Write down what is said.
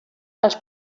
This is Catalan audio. els